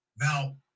Now